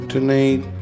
Tonight